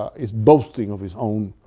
is boasting of his own